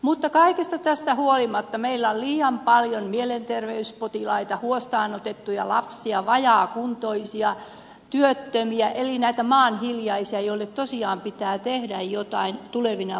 mutta kaikesta tästä huolimatta meillä on liian paljon mielenterveyspotilaita huostaan otettuja lapsia vajaakuntoisia työttömiä näitä maan hiljaisia joille tosiaan pitää tehdä jotain tulevina vuosina